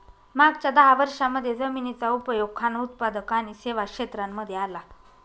मागच्या दहा वर्षांमध्ये जमिनीचा उपयोग खान उत्पादक आणि सेवा क्षेत्रांमध्ये आला